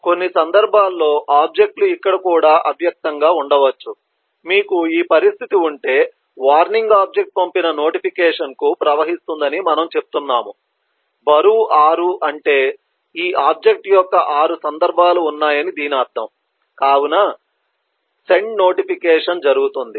కొన్ని సందర్భాల్లో ఆబ్జెక్ట్ లు ఇక్కడ కూడా అవ్యక్తంగా ఉండవచ్చు మీకు ఈ పరిస్థితి ఉంటే వార్నింగ్ ఆబ్జెక్ట్ పంపిన నోటిఫికేషన్కు ప్రవహిస్తుందని మనము చెప్తున్నాము బరువు 6 అంటే ఈ ఆబ్జెక్ట్ యొక్క 6 సందర్భాలు ఉన్నాయని దీని అర్థం కావున సెండ్ నోటిఫికేషన్ జరుగుతుంది